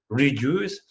reduce